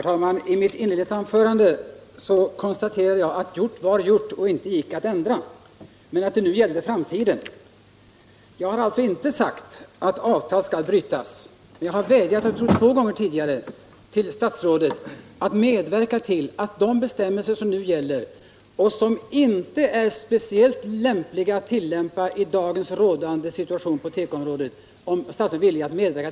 Herr talman! I mitt första anförande konstaterade jag att gjort var gjort och inte gick att ändra men att det nu gällde framtiden. Jag har alltså inte sagt att avtal skall brytas. Jag har vädjat — jag tror två gånger tidigare — till statsrådet att medverka till att ändra de bestämmelser som nu gäller och som inte är speciellt lämpliga att användas i den situation som i dag råder på tekoområdet.